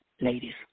Ladies